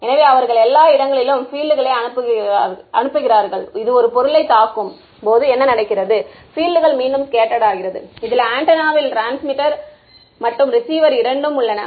எனவே அவர்கள் எல்லா இடங்களிலும் பீல்ட்களை அனுப்புகிறார்கள் இது பொருளைத் தாக்கும்போது என்ன நடக்கிறது பீல்ட்கள் மீண்டும் ஸ்கெட்ட்டர்டு ஆகிறது இதில் ஆண்டெனாவில் டிரான்ஸ்மிட்டர் மற்றும் ரிசீவர் இரண்டும் உள்ளன